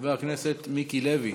חבר הכנסת מיקי לוי,